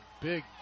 big